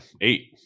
eight